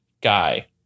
guy